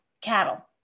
cattle